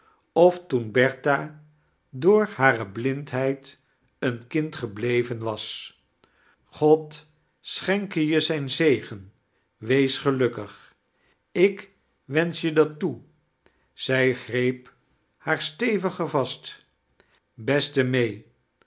of toen bertha door hare blindheid een kind gebleven was god sehenke je zijn zegien wees gelukkig ik wensch je dat toe zij greep haar steviger vast beste may